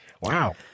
Wow